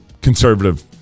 conservative